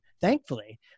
thankfully